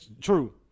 true